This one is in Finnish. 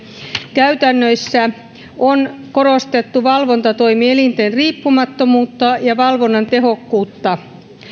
käytännöissä on korostettu valvontatoimielinten riippumattomuutta ja valvonnan tehokkuutta